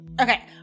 Okay